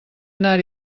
anar